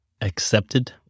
Accepted